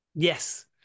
Yes